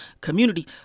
community